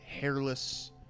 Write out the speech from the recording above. hairless